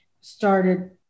started